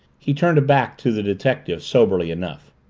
he turned back to the detective soberly enough.